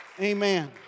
Amen